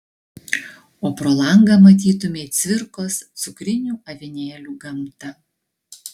o pro langą matytumei cvirkos cukrinių avinėlių gamtą